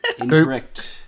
Incorrect